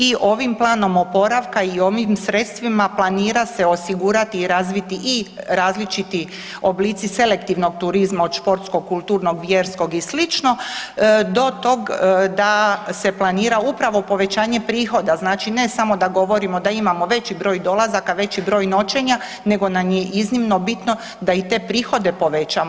I ovim planom oporavka i ovim sredstvima planira se osigurati i razviti i različiti oblici selektivnog turizma od športskog, kulturnog, vjerskog i slično do tog da se planira upravo povećanje prihoda znači ne samo da govorimo da imamo veći broj dolazaka, veći broj noćenja nego nam je iznimno bitno da i te prihode povećamo.